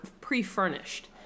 pre-furnished